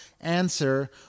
answer